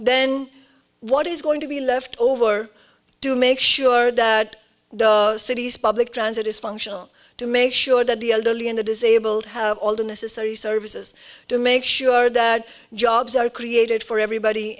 then what is going to be left over to make sure that the city's public transit is functional to make sure that the elderly and the disabled have all the necessary services to make sure that jobs are created for everybody